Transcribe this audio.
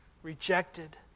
rejected